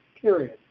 period